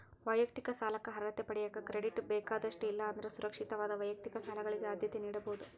ವೈಯಕ್ತಿಕ ಸಾಲಕ್ಕ ಅರ್ಹತೆ ಪಡೆಯಕ ಕ್ರೆಡಿಟ್ ಬೇಕಾದಷ್ಟ ಇಲ್ಲಾ ಅಂದ್ರ ಸುರಕ್ಷಿತವಾದ ವೈಯಕ್ತಿಕ ಸಾಲಗಳಿಗೆ ಆದ್ಯತೆ ನೇಡಬೋದ್